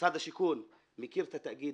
משרד השיכון מכיר את התאגיד,